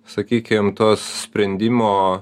sakykim to sprendimo